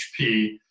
HP